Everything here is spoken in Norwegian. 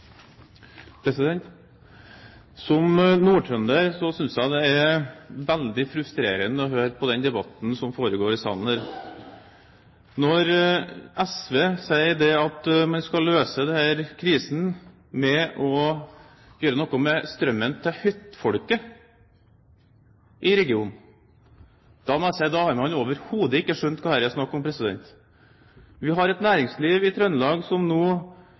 år. Som nordtrønder synes jeg det er veldig frustrerende å høre på den debatten som foregår her i salen. Når SV sier at man skal løse denne krisen ved å gjøre noe med strømforbruket til hyttefolket i regionen, har man overhodet ikke skjønt hva det er snakk om. Vi har et næringsliv i Trøndelag som nå